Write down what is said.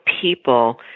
people